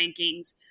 rankings